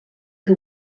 que